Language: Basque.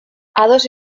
ados